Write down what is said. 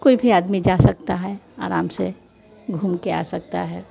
कोई भी आदमी जा सकता है आराम से घूम के आ सकता है